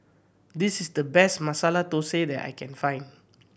this is the best Masala Thosai that I can find